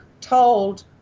told